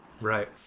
Right